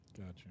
gotcha